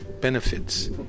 benefits